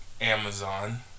Amazon